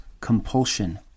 compulsion